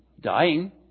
dying